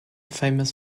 famous